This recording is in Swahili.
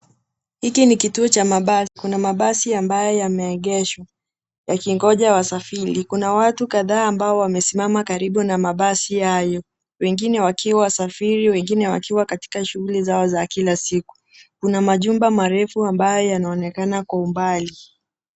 Hiki ni kituo cha mabasi. Kuna mabasi ambayo yameegeshwa yakingoja wasafiri kuna watu kadhaa ambao wamesimama karibu na mabasi hayo wengine wakiwa wasafiri wengine wakiwa katika shuguli zao za kila siku. Kuna majumba marefu ambayo yanaonekana kwa umbali.